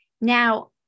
Now